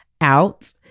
out